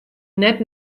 net